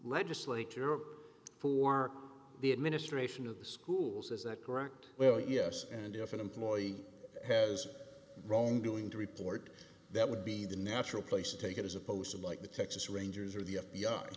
legislature or for the administration of schools is that correct well yes and if an employee has wrong doing to report that would be the natural place to take it as opposed to like the texas rangers or the f